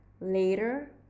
Later